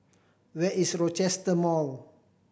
where is Rochester Mall